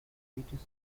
latest